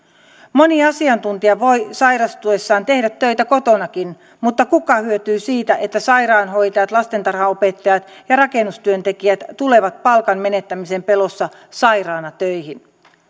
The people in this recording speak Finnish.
moni asiantuntija voi sairastuessaan tehdä töitä kotonakin mutta kuka hyötyy siitä että sairaanhoitajat lastentarhanopettajat ja rakennustyöntekijät tulevat palkan menettämisen pelossa sairaana töihin